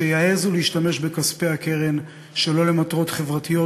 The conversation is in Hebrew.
שיעזו להשתמש בכספי הקרן שלא למטרות חברתיות,